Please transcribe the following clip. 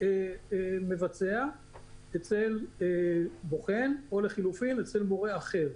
התלמיד מבצע מבחן פנימי אצל מורה אחר.